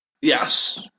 Yes